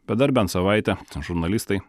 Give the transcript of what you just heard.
bet dar bent savaitę žurnalistai